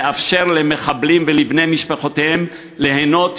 נאפשר למחבלים ולבני משפחותיהם ליהנות